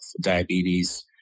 diabetes